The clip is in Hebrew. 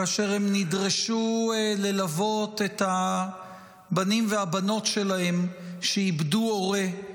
כאשר הן נדרשו ללוות את הבנים והבנות שלהן שאיבדו הורה.